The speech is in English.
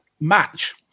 match